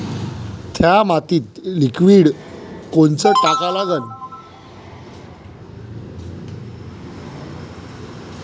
थ्या मातीत लिक्विड कोनचं टाका लागन?